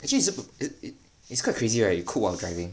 actually it is quite crazy right you cook while driving